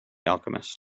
alchemist